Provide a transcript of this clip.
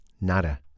Nada